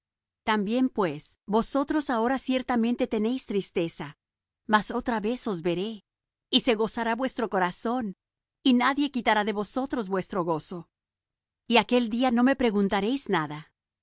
también pues vosotros ahora ciertamente tenéis tristeza mas otra vez os veré y se gozará vuestro corazón y nadie quitará de vosotros vuestro gozo y aquel día no me preguntaréis nada